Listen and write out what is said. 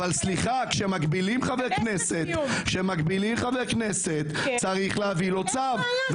אומר שכשמגבילים חברי כנסת צריך להביא צו,